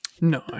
No